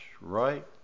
right